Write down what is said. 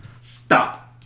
stop